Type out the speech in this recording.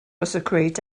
secrete